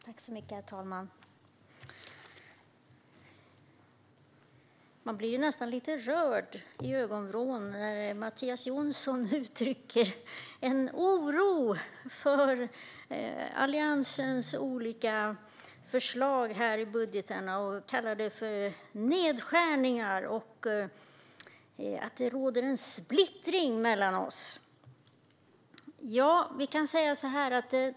Herr talman! Jag blir nästan lite rörd när Mattias Jonsson uttrycker oro över Alliansens olika budgetförslag och det han kallar nedskärningar och en splittring mellan oss.